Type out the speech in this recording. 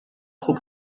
خوب